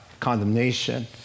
condemnation